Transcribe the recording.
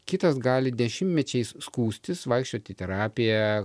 kitas gali dešimtmečiais skųstis vaikščiot į terapija